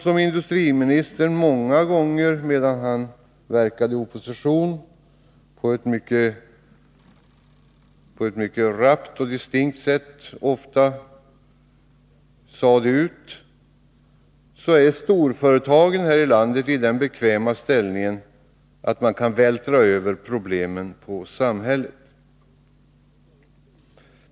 Som industriministern många gånger medan han verkade i opposition på ett mycket rappt och distinkt sätt sade, är storföretagen här i landet i den bekväma ställningen att man kan vältra över problemen på samhället.